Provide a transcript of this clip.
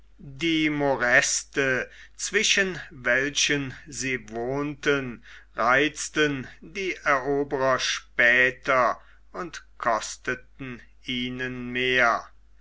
die moräste zwischen welchen sie wohnten reizten die eroberer später und kosteten ihnen mehr